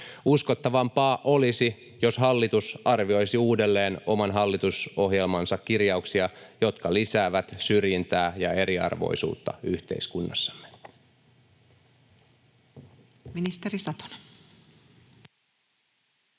Uskottavampaa olisi, jos hallitus arvioisi uudelleen oman hallitusohjelmansa kirjauksia, jotka lisäävät syrjintää ja eriarvoisuutta yhteiskunnassamme.